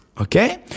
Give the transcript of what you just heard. Okay